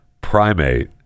primate